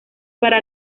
para